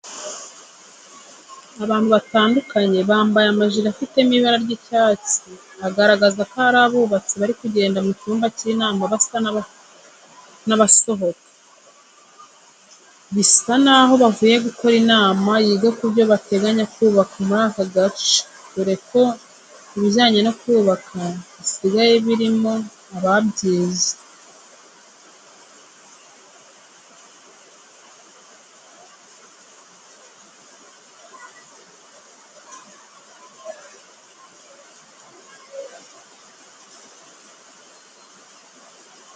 Abanti batandukanye bambaye amajiri afitemo ibara ry'icyatsi agaragaza ko ari abubatsi bari kugenda mu cyumba cy'inama basa n'abasohoka. Bisa naho bavuye gukora inama yiga ku byo bateganya kubaka muri ako gace dore ko ibijyanye no kubaka bisigaye birimo ababyize.